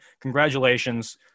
congratulations